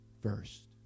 first